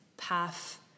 path